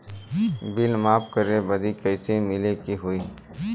Bill माफ करे बदी कैसे मिले के होई?